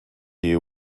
you